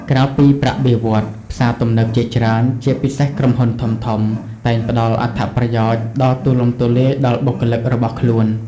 ក្រៅពីប្រាក់បៀវត្សរ៍ ផ្សារទំនើបជាច្រើន ជាពិសេសក្រុមហ៊ុនធំៗ តែងផ្ដល់អត្ថប្រយោជន៍ដ៏ទូលំទូលាយដល់បុគ្គលិករបស់ខ្លួន។